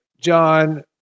John